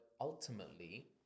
ultimately